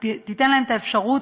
שנותן להם את האפשרות,